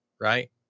right